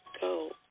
go